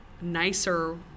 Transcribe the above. nicer